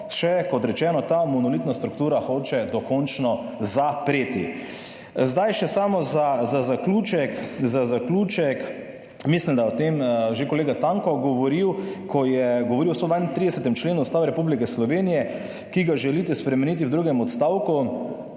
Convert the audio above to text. se, kot rečeno, ta monolitna struktura hoče dokončno zapreti. Samo še za zaključek. Mislim, da je o tem govoril že kolega Tanko, ko je govoril o 132. členu Ustave Republike Slovenije, ki ga želite spremeniti v drugem odstavku,